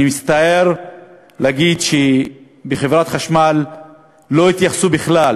אני מצטער להגיד שבחברת החשמל לא התייחסו בכלל